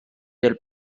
del